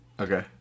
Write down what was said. Okay